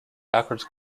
backwards